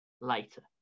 later